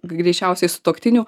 greičiausiai sutuoktiniu